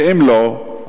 ואם לא,